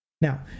Now